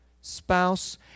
spouse